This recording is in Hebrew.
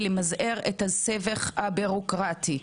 ולמזער את הסבך הבירוקרטי.